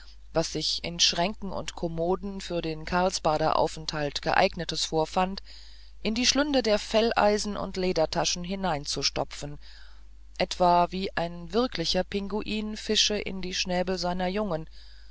was sich in schränken und kommoden für den karlsbader aufenthalt geeignetes vorfand in die schlünde der felleisen und ledertaschen hineinzustopfen etwa wie ein wirklicher pinguin fische in die schnäbel seiner jungen